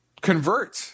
convert